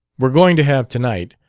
we're going to have tonight,